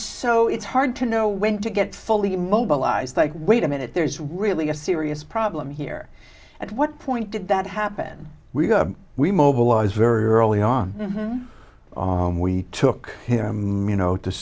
so it's hard to know when to get fully mobilized like wait a minute there's really a serious problem here at what point did that happen we got we mobilized very early on and we took him you know to